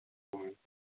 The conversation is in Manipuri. ꯍꯣꯏ